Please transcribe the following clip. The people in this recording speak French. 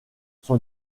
son